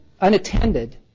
unattended